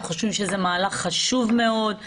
אנחנו חושבים שזה מהלך חשוב מאוד.